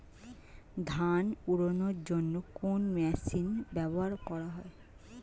ধান উড়ানোর জন্য কোন মেশিন ব্যবহার করা হয়?